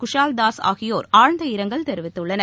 குஷால் தாஸ்ஆகியோர் ஆழ்ந்த இரங்கல் தெரிவித்துள்ளனர்